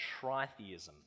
tritheism